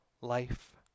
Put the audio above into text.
life